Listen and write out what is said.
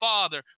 Father